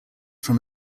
from